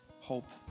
hope